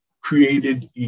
created